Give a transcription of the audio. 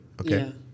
okay